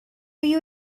you